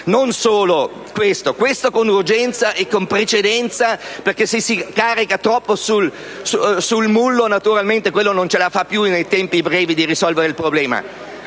non solo questa. Questa va fatta con urgenza e con precedenza, perché se si carica troppo il mulo naturalmente quello non riesce in tempi brevi a risolvere il problema.